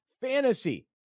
fantasy